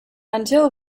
until